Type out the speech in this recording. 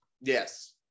Yes